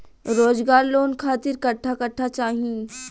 रोजगार लोन खातिर कट्ठा कट्ठा चाहीं?